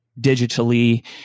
digitally